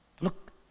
Look